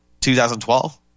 2012